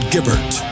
Gibbert